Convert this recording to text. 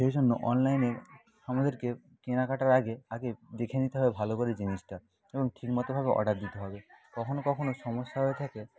সেই জন্য অনলাইনে আমাদেরকে কেনাকাটার আগে আগে দেখে নিতে হয় ভালো করে জিনিসটা এবং ঠিকমতোভাবে অর্ডার দিতে হবে কখনও কখনও সমস্যা হয়ে থাকে